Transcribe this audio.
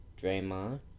Draymond